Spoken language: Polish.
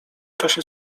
czasie